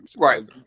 Right